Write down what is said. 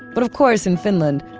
but of course, in finland,